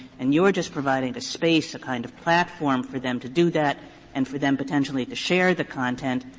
and you are just providing the space, a kind of platform for them to do that and for them potentially to share the content,